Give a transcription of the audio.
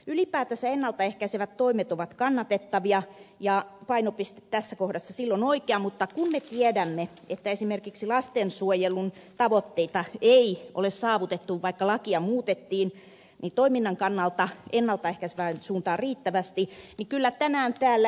ylipäätänsä ennalta ehkäisevät toimet ovat kannatettavia ja painopiste tässä kohdassa on silloin oikea mutta kun me tiedämme että esimerkiksi lastensuojelun tavoitteita ei ole saavutettu vaikka lakia muutettiin toiminnan kannalta ennalta ehkäisevään suuntaan riittävästi niin kyllä tänään täällä ed